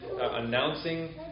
announcing